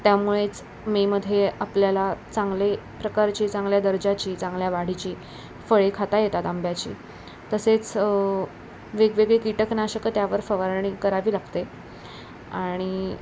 त्यामुळेच मेमध्ये आपल्याला चांगले प्रकारचे चांगल्या दर्जाची चांगल्या वाढीची फळे खाता येतात आंब्याची तसेच वेगवेगळे कीटकनाशकं त्यावर फवारणी करावी लागते आणि